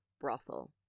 brothel